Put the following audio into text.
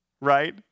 Right